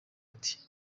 ati